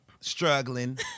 struggling